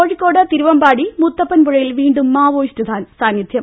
കോഴിക്കോട് തിരുവമ്പാടി മുത്തപ്പൻപ്പുഴയിൽ വീണ്ടും മാവോയിസ്റ്റ് സാന്നിധ്യം